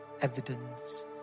evidence